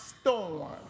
storm